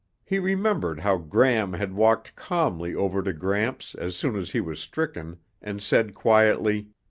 he remembered how gram had walked calmly over to gramps as soon as he was stricken and said quietly,